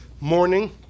morning